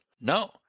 No